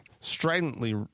stridently